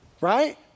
right